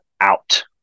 out